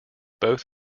both